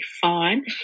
fine